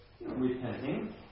repenting